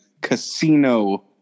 Casino